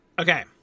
Okay